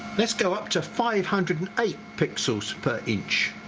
let's go up to five hundred and eight pixels per inch.